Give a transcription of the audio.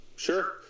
Sure